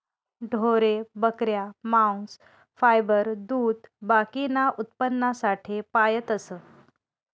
ढोरे, बकऱ्या, मांस, फायबर, दूध बाकीना उत्पन्नासाठे पायतस